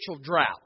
drought